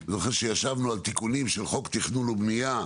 אני זוכר שישבנו על תיקונים של חוק התכנון והבנייה,